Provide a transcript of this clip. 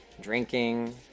drinking